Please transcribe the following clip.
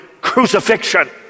crucifixion